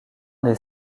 des